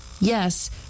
Yes